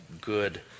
good